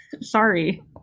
Sorry